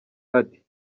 ati